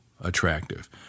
attractive